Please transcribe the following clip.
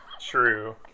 True